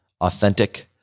authentic